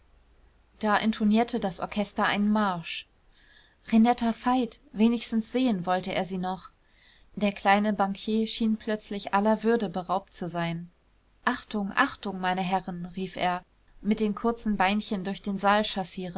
da intonierte das orchester einen marsch renetta veit wenigstens sehen wollte er sie noch der kleine bankier schien plötzlich aller würde beraubt zu sein achtung achtung meine herren rief er mit den kurzen beinchen durch den saal